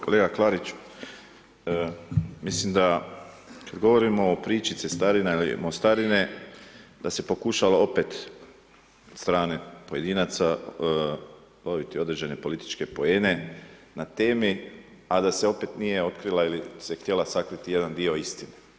Kolega Klarić, mislim da kad govorimo o priči cestarina ili mostarine, da se pokušalo opet od strane pojedinaca stvoriti određene političke poene na temi, a da se opet nije otkrila ili se htjela sakriti jedan dio istine.